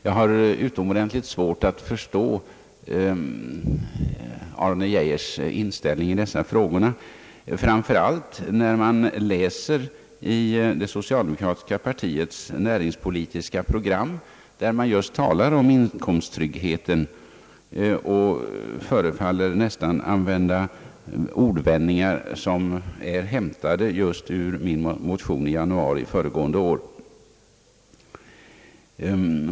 Jag har utomordentligt svårt att förstå Arne Geijers inställning i dessa frågor, framför allt när jag läser i det socialdemokratiska partiets näringspolitiska program, där man just talar om inkomsttryggheten och nästan förefaller att använda ordvändningar som är hämtade just ur min motion i januari föregående år.